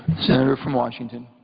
senator from washington.